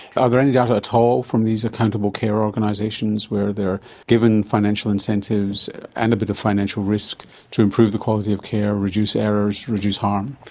are there any data at all from these accountable care organisations where they're given financial incentives and a bit of financial risk to improve the quality of care, reduce errors, reduce harm?